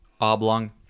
oblong